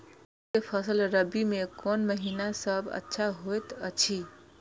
गेहूँ के फसल रबि मे कोन महिना सब अच्छा होयत अछि?